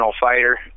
fighter